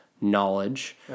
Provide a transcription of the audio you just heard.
knowledge